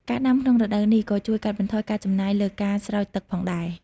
ការដាំក្នុងរដូវនេះ ក៏ជួយកាត់បន្ថយការចំណាយលើការស្រោចទឹកផងដែរ។